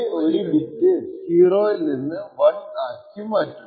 ഇവിടെ RSA decryption a യുടെ ഒരു ബിറ്റ് 0 ൽ നിന്ന് 1 ആക്കി മാറ്റുന്നു